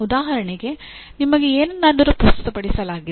ಉದಾಹರಣೆಗೆ ನಿಮಗೆ ಏನನ್ನಾದರೂ ಪ್ರಸ್ತುತಪಡಿಸಲಾಗಿದೆ